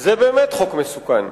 זה באמת חוק מסוכן.